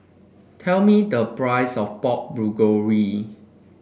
tell me the price of Pork Bulgogi